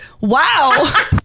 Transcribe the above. Wow